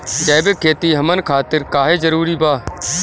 जैविक खेती हमन खातिर काहे जरूरी बा?